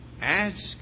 Ask